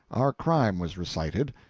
our crime was recited,